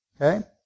Okay